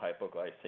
hypoglycemia